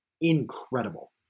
incredible